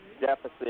deficit